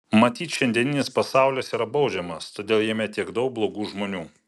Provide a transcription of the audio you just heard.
matyt šiandieninis pasaulis yra baudžiamas todėl jame tiek daug blogų žmonių